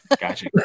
Gotcha